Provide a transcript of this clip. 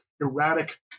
erratic